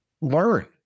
learn